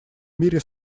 мире